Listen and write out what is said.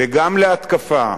וגם להתקפה,